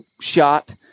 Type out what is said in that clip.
shot